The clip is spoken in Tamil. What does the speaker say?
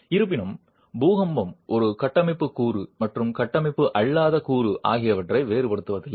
இருப்பினும் பூகம்பம் ஒரு கட்டமைப்பு கூறு மற்றும் கட்டமைப்பு அல்லாத கூறு ஆகியவற்றை வேறுபடுத்துவதில்லை